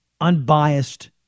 unbiased